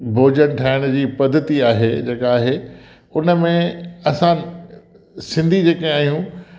भोजन ठाहिण जी पद्धति आहे जेका आहे हुन में असां सिंधी जेके आहियूं